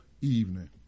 evening